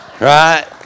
Right